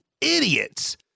idiots